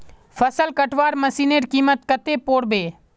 फसल कटवार मशीनेर कीमत कत्ते पोर बे